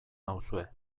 nauzue